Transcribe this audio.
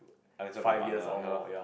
I just want to be a partner lah ya loh